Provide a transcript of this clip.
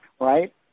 right